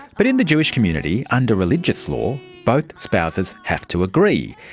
but in the jewish community, under religious law both spouses have to agree.